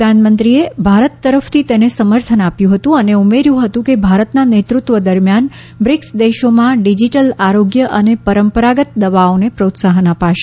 પ્રધાનમંત્રીએ ભારત તરફથી તેને સમર્થન આપ્યું હતું અને ઉમેર્યું હતું કે ભારતના નેતૃત્વ દરમ્યાન બ્રિકસ દેશોમાં ડીજીટલ આરોગ્ય અને પરંપરાગત દવાઓને પ્રોત્સાહન અપાશે